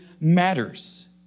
matters